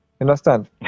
understand